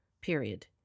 period